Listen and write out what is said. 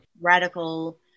radical